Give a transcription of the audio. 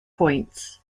points